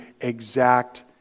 exact